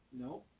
No